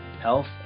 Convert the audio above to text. health